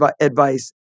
advice